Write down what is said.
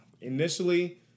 Initially